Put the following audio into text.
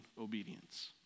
obedience